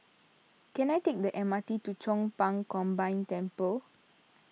can I take the M R T to Chong Pang Combined Temple